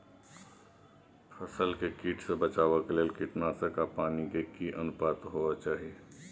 फसल के कीट से बचाव के लेल कीटनासक आ पानी के की अनुपात होय चाही?